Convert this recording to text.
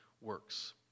works